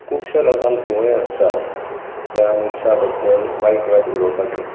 खुबश्या लोकांक संवंय आसता त्या मनशां बद्दल वायट वायट उलोवपाचें